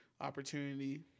opportunity